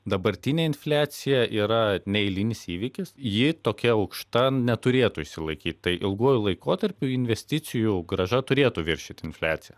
dabartinė infliacija yra neeilinis įvykis ji tokia aukšta neturėtų išsilaikyt tai ilguoju laikotarpiu investicijų grąža turėtų viršyti infliaciją